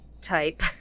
type